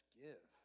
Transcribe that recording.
give